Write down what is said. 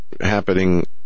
happening